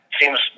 Seems